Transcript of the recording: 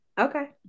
Okay